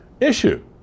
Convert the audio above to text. issue